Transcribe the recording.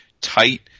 tight